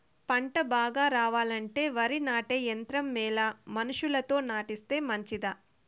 పంట బాగా రావాలంటే వరి నాటే యంత్రం మేలా మనుషులతో నాటిస్తే మంచిదా?